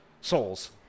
souls